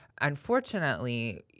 unfortunately